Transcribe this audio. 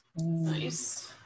Nice